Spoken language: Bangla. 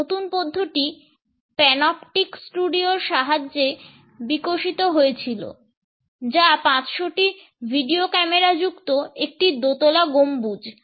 এই নতুন পদ্ধতিটি panoptic studio র সাহায্যে বিকশিত হয়েছিল যা 500 টি video camera যুক্ত একটি দোতলা গম্বুজ